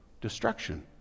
Destruction